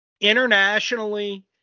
internationally